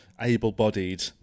able-bodied